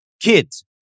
Kids